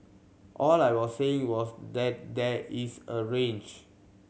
all I was saying was that there is a range